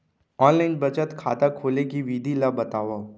Online बचत खाता खोले के विधि ला बतावव?